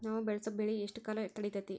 ನಾವು ಬೆಳಸೋ ಬೆಳಿ ಎಷ್ಟು ಕಾಲ ತಡೇತೇತಿ?